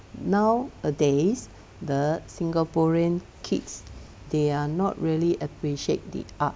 nowadays the singaporean kids they are not really appreciate the art